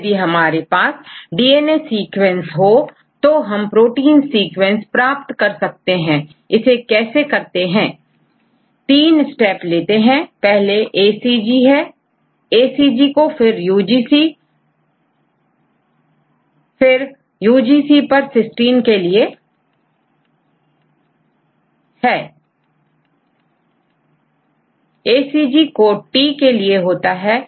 तो यदि हमारे पास डीएनए सीक्वेंस हो तो हम प्रोटीन सीक्वेंस प्राप्त कर सकते हैं यदि आपके पास डीएनए या RNAसीक्वेंस है तो जैसे यदि मैं यहां RNAसीक्वेंस देखूं तो इसके द्वारा बनाया जा सकता है